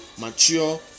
mature